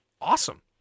Awesome